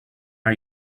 are